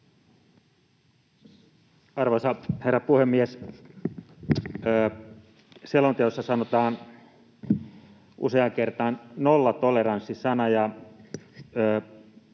Arvoisa herra puhemies! Selonteossa sanotaan useaan kertaan nollatoleranssi-sana,